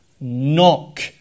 Knock